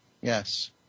yes